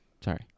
Sorry